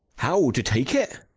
how! to take it?